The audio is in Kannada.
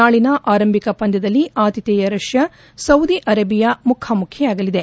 ನಾಳನ ಆರಂಭಿಕ ಪಂದ್ಯದಲ್ಲಿ ಆತಿಥೇಯ ರಷ್ಯಾ ಸೌದಿ ಅರೇಬಿಯ ಮುಖಾಮುಖಿಯಾಗಲಿದೆ